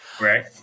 Right